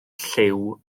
llyw